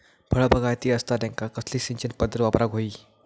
फळबागायती असता त्यांका कसली सिंचन पदधत वापराक होई?